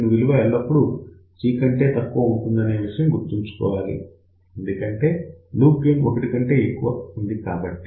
దీని విలువ ఎల్లప్పుడూ G కంటే తక్కువ ఉంటుంది అనే విషయం గుర్తుంచుకోవాలి ఎందుకంటే లూప్ గెయిన్ 1 కంటే ఎక్కువ ఉంది కాబట్టి